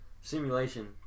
simulation